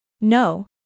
No